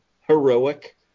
heroic